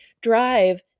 drive